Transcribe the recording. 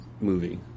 movie